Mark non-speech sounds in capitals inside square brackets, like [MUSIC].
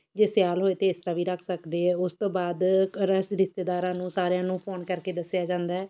ਜੇ ਸਿਆਲ਼ ਹੋਏ ਤਾਂ ਇਸ ਤਰ੍ਹਾਂ ਵੀ ਰੱਖ ਸਕਦੇ ਹਾਂ ਉਸ ਤੋਂ ਬਾਅਦ [UNINTELLIGIBLE] ਰਿਸ਼ਤੇਦਾਰਾਂ ਨੂੰ ਸਾਰਿਆਂ ਨੂੰ ਫੋਨ ਕਰਕੇ ਦੱਸਿਆ ਜਾਂਦਾ